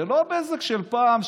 זה לא בזק של פעם,